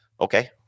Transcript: okay